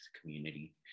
community